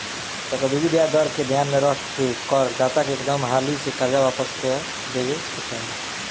चक्रवृद्धि ब्याज दर के ध्यान में रख के कर दाता के एकदम हाली से कर्जा वापस क देबे के चाही